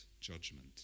judgment